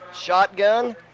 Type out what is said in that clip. Shotgun